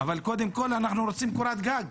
אבל קודם כל אנחנו רוצים קורת גג.